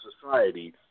society